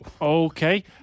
okay